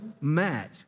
match